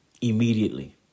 Immediately